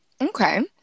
okay